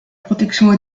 protection